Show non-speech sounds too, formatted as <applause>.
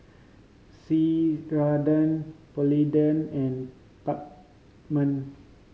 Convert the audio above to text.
Ceradan Polident and <unintelligible>